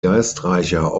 geistreicher